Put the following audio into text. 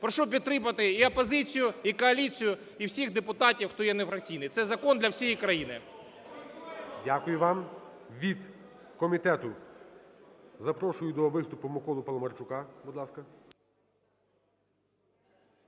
Прошу підтримати і опозицію, і коаліцію, і всіх депутатів, хто є нефракційні, цей закон для всієї країни. ГОЛОВУЮЧИЙ. Дякую вам. Від комітету запрошую до виступу Миколу Паламарчука,